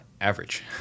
average